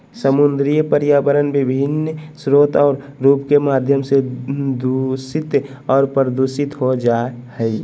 समुद्री पर्यावरण विभिन्न स्रोत और रूप के माध्यम से दूषित और प्रदूषित हो जाय हइ